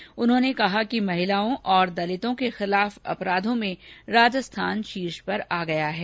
श्री पूनिया ने कहा कि महिलाओ और दलितों के खिलाफ अपराधों में राजस्थान शीर्ष पर आ गया है